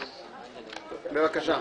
בבקשה?